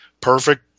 Perfect